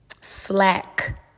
slack